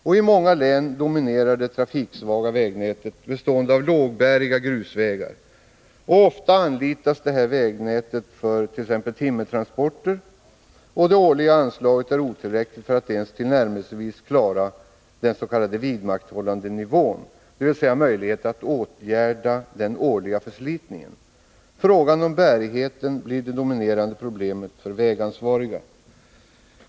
I många län dominerar det trafiksvaga vägnätet, bestående av lågbäriga grusvägar. Ofta anlitas detta vägnät för t.ex. timmertransporter, och det årliga anslaget är ofta otillräckligt för att ens tillnärmelsevis klara den s.k. vidmakthållandenivån, dvs. ge möjlighet att åtgärda den årliga förslitningen. Frågan om bärigheten blir det dominerande problemet för de vägansvariga.